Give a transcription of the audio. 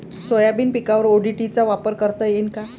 Soybean पिकावर ODT चा वापर करता येईन का?